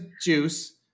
Juice